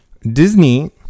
Disney